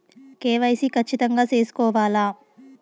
KYC ఖచ్చితంగా సేసుకోవాలా